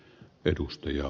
arvoisa puhemies